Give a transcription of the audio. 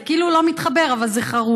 זה כאילו לא מתחבר, אבל זה חרוז.